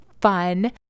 Fun